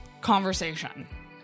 conversation